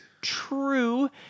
true